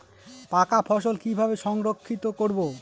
পাকা ফসল কিভাবে সংরক্ষিত করব?